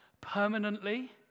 permanently